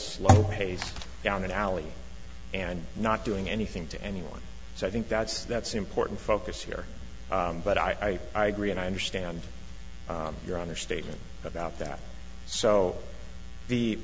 slow pace down an alley and not doing anything to anyone so i think that's that's important focus here but i i agree and i understand your understatement about that so the